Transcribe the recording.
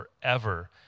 forever